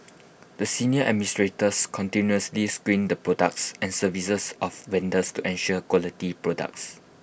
the senior administrators continuously screened the products and services of vendors to ensure quality products